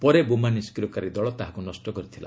ପରେ ବୋମା ନିଷ୍ଟ୍ରିୟକାରୀ ଦଳ ତାହାକୁ ନଷ୍ଟ କରିଥିଲା